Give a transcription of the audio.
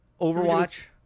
Overwatch